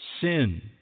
sin